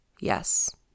Yes